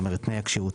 כלומר תנאי הכשירות,